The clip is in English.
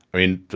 i mean,